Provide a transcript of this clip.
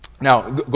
Now